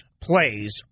plays